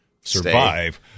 survive